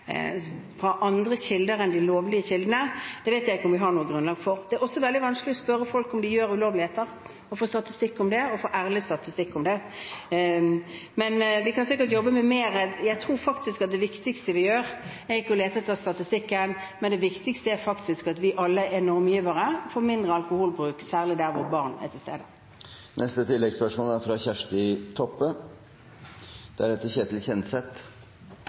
fra andre kilder enn de lovlige, vet jeg ikke om vi har noe grunnlag for. Det er også veldig vanskelig å spørre folk om de gjør ulovligheter, og dermed kunne få en ærlig statistikk over det. Jeg tror at det viktigste vi gjør, er ikke å lete etter statistikken. Det viktigste er faktisk at vi alle er normgivere for mindre alkoholbruk, særlig der barn er til stede. Kjersti Toppe – til oppfølgingsspørsmål Regjeringa har gått grundig til verks og liberalisert felt etter felt på alkoholområdet etter valet. Taxfree-kvotane har auka, opningstida for Vinmonopolet er